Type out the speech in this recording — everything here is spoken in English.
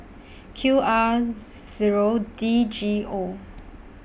Q R Zero D G O